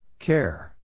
Care